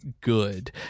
good